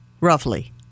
roughly